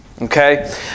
Okay